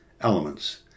elements